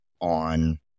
on